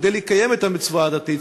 כדי לקיים את המצווה הדתית,